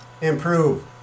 improve